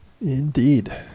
Indeed